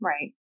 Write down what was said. Right